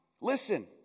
Listen